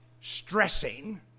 stressing